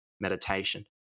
meditation